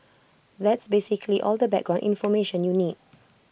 that's basically all the background information you need